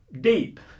deep